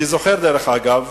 אני זוכר, דרך אגב,